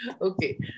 Okay